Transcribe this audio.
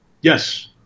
Yes